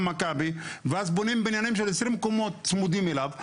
מכבי ואז בונים בניינים של 20 קומות צמודים אליו,